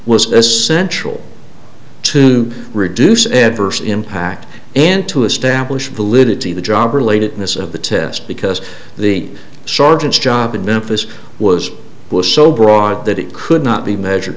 was essential to reduce adverse impact in to establish validity the job related illness of the test because the sergeant's job in memphis was was so broad that it could not be measure